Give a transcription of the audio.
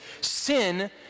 sin